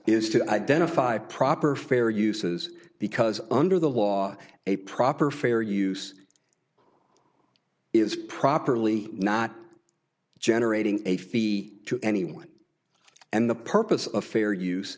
is to identify proper fair uses because under the law a proper fair use it's properly not generating a fee to anyone and the purpose of fair use